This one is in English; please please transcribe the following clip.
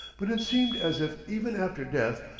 but it seemed as if, even after death,